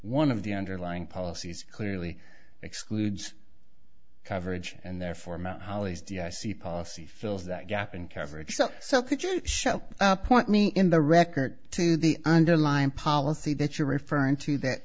one of the underlying policies clearly excludes coverage and therefore amount hollies d i see policy fills that gap in coverage so so could you show point me in the record to the underlying policy that you're referring to that